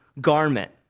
garment